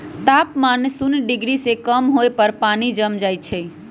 तापमान शुन्य डिग्री से कम होय पर पानी जम जाइ छइ